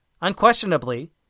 Unquestionably